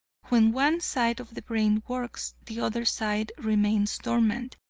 when one side of the brain works, the other side remains dormant,